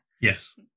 Yes